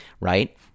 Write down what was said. right